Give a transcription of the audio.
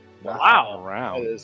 Wow